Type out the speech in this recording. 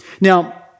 Now